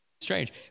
Strange